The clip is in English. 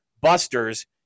busters